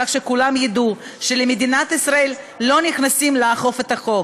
כך שכולם ידעו שלמדינת ישראל לא נכנסים כדי לעקוף את החוק.